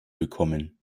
bekommen